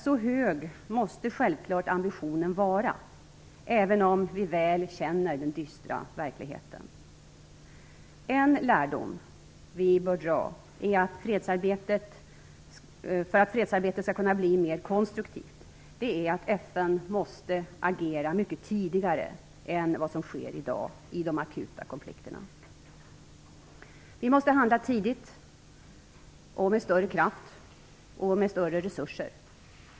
Så hög måste självklart ambitionen vara, även om vi väl känner den dystra verkligheten. En lärdom vi bör dra för att fredsarbetet skall kunna bli mer konstruktivt är att FN måste agera mycket tidigare än vad som sker i dag i de akuta konflikterna. Vi måste handla tidigt, med större kraft och med större resurser.